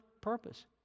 purpose